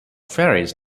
ferries